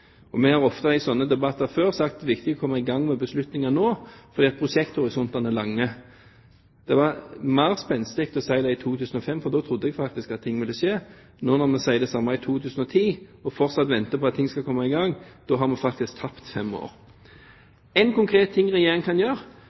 jeg. Vi har ofte i slike debatter før sagt at det er viktig å komme i gang med beslutninger, for prosjekthorisontene er lange. Det var mer spenstig å si det i 2005. Da trodde jeg faktisk at ting ville skje. Når vi sier det samme i 2010 og fortsatt venter på at ting skal komme i gang, har vi faktisk tapt fem år. Noe konkret som Regjeringen kan gjøre,